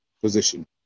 position